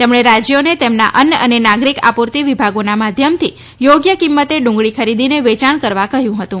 તેમણે રાજ્યોને તેમના અન્ન અને નાગરિક આપૂર્તિ વિભાગોના માધ્યમથી યોગ્ય કિંમતે ડુંગળી ખરીદીને વેચાણ કરવા કહ્યું હતું